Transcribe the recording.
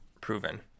proven